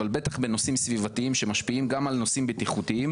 אבל בטח בנושאים סביבתיים שמשפיעים גם על נושאים בטיחותיים,